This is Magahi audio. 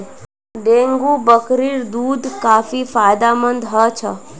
डेंगू बकरीर दूध काफी फायदेमंद ह छ